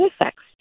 effects